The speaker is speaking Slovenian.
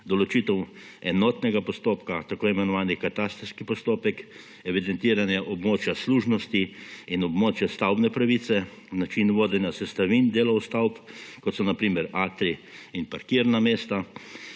določitev enotnega postopka – tako imenovani katastrski postopek, evidentiranje območja služnosti in območja stavbne pravice, način vodenja sestavin delov stavb, kot so na primer atrij in parkirna mesta,